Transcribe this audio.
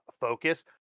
focus